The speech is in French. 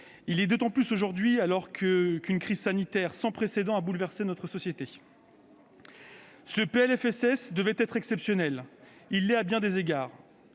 Il l'est d'autant plus aujourd'hui qu'une crise sanitaire sans précédent a bouleversé nos sociétés. Ce PLFSS devait être exceptionnel ; il l'est à bien des égards.